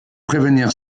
prévenir